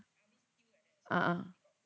a'ah